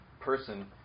person